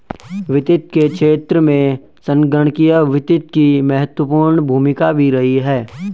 वित्त के क्षेत्र में संगणकीय वित्त की महत्वपूर्ण भूमिका भी रही है